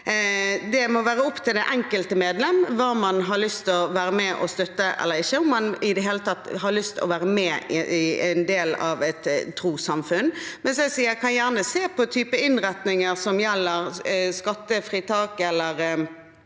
Det må være opp til det enkelte medlem hva man har lyst til å være med og støtte eller ikke, og om man i det hele tatt har lyst til å være en del av et trossamfunn. Men som jeg sier, jeg kan gjerne se på typer innretninger som skattefritak eller